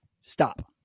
stop